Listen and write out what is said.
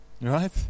Right